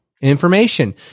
information